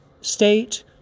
state